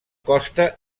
costa